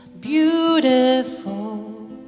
beautiful